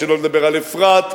שלא לדבר על אפרת,